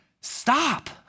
Stop